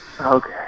Okay